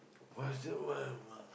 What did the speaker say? what's that one ah